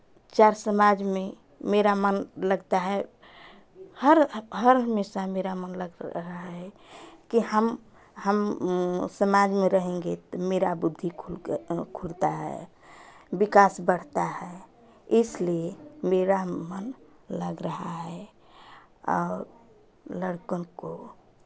चार समाज में मेरा मन लगता है हर हर हमेशा मेरा मन लग रहा है कि हम हम समाज में रहेंगे तो मेरा बुद्धि खुल क खुलता है विकास बढ़ता है इसलिए मेरा मन लग रहा है और लड़कन को